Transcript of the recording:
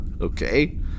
Okay